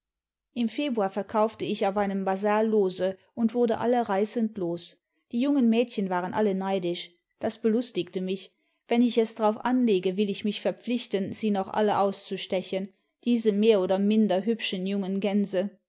im februar verkaufte ich auf einem basar lose und wurde alle reißend los die jungen mädchen waren alle neidisch das belustigte mich wenn ich es drauf anlege will ich mich verpflichten sie noch alle auszustechen diese mehr oder minder hübschen jungen gänse